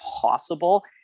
possible